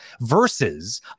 versus